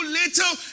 little